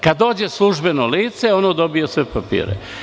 Kada dođe službeno lice, ono dobije sve papire.